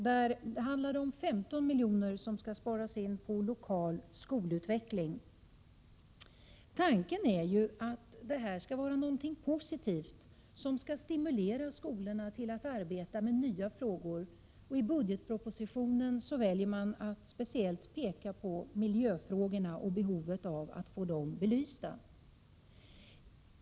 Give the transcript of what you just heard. Där handlar det om 15 miljoner som skall sparas in på lokal skolutveckling. Tanken är att lokal skolutveckling skall vara något positivt, som skall stimulera skolorna att arbeta med nya frågor. I budgetpropositionen väljer man att speciellt peka på miljöfrågorna och behovet av att få dem belysta.